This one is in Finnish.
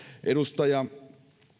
edustaja